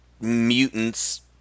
mutants